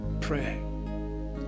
pray